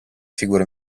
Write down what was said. figure